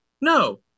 no